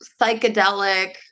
psychedelic